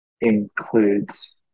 includes